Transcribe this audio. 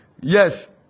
Yes